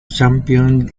championed